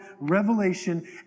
revelation